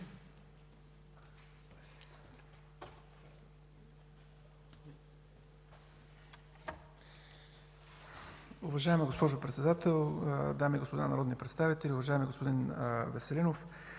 Уважаема госпожо Председател, дами и господа народни представители! Уважаеми господин Веселинов,